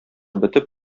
бетеп